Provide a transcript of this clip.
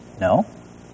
No